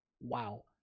wow